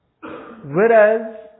Whereas